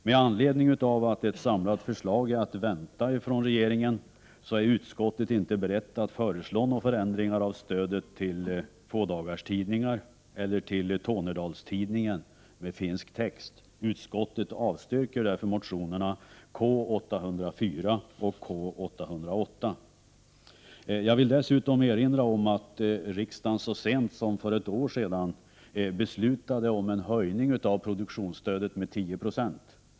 Med anledning av att ett samlat förslag är att vänta från regeringen är utskottet inte nu berett att föreslå några förändringar av stödet till fådagarstidningar eller till Tornedalstidningen med finsk text. Utskottet avstyrker därför motionerna K804 och K808. Jag vill dessutom erinra om att riksdagen så sent som för ett år sedan beslutade om en höjning av produktionsstödet med 10 26.